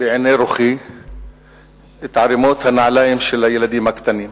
בעיני רוחי את ערימות הנעליים של הילדים הקטנים